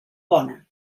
bona